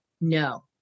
no